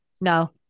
No